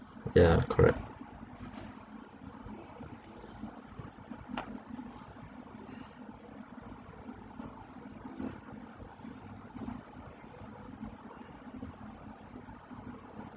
yeah correct